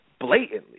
blatantly